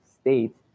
state